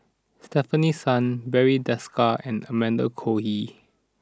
Stefanie Sun Barry Desker and Amanda Koe Lee